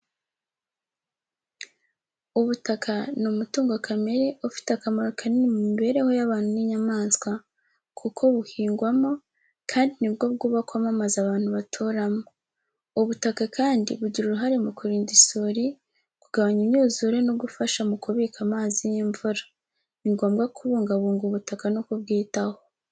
Ubutaka ni umutungo kamere, ufite akamaro kanini mu mibereho y'abantu n'inyamaswa, kuko buhingwamo, kandi ni bwo bwubakwamo amazu abantu baturamo. Ubutaka kandi bugira uruhare mu kurinda isuri, kugabanya imyuzure no gufasha mu kubika amazi y’imvura. Ni ngombwa kubungabunga ubutaka no kubwitaho.